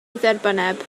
dderbynneb